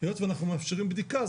והיות ואנחנו מאפשרים בדיקה,